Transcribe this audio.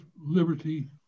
liberty